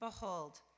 Behold